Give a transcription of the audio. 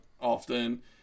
often